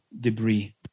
Debris